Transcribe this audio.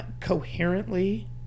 coherently